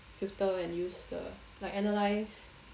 filter and use the like analyze